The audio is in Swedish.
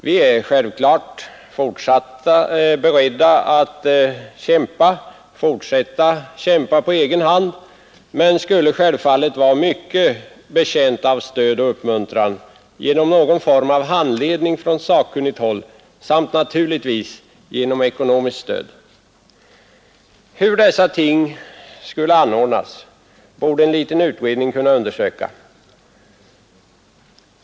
Vi är beredda att kämpa och att fortsätta att kämpa på egen hand men skulle självfallet vara mycket betjänta av stöd och uppmuntran genom någon form av handledning från sakkunnigt håll samt naturligtvis genom ekonomiskt stöd. Hur dessa ting skulle anordnas borde en liten utredning kunna undersöka.